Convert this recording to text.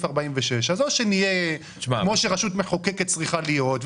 46. אז או שנהיה כמו שרשות מחוקקת צריכה להיות,